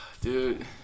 dude